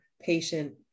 patient